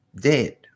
dead